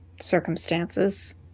circumstances